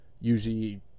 usually